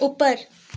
ऊपर